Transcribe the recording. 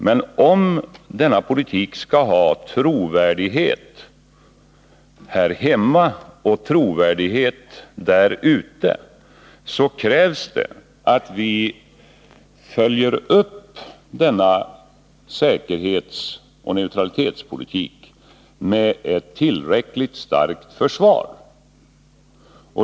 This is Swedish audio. Men om denna politik skall ha trovärdighet här hemma och där ute, så krävs det att vi följer upp denna säkerhetsoch neutralitets politik med ett tillräckligt starkt försvar.